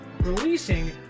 releasing